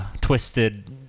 twisted